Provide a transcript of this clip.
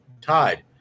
tied